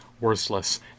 worthless